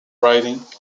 writing